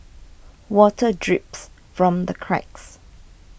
water drips from the cracks